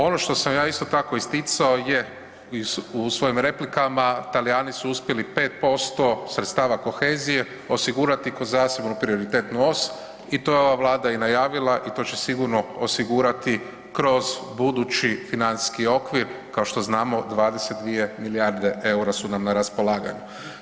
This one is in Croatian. Ono što sam ja isto tako isticao je, u svojim replika, Talijani su uspjeli 5% sredstava kohezije osigurati ko zasebnu prioritetnu os i to je i ova Vlada i najavila i to će sigurno osigurati kroz budući financijski okvir, kao što znamo 22 milijarde EUR-a su nam na raspolaganju.